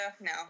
No